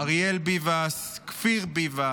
אריאל ביבס, כפיר ביבס,